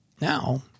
now